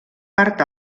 part